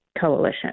coalition